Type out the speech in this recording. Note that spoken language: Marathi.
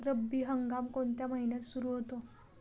रब्बी हंगाम कोणत्या महिन्यात सुरु होतो?